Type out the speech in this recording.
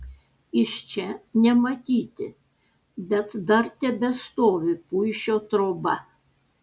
iš čia nematyti bet dar tebestovi puišio troba